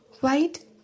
white